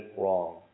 wrong